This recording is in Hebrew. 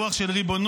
רוח של ריבונות,